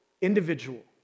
individual